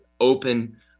open